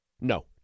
No